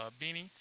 Beanie